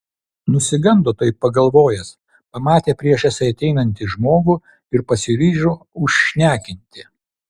nusigando taip pagalvojęs pamatė priešais ateinanti žmogų ir pasiryžo užšnekinti